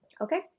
Okay